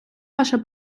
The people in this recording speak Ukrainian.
ваше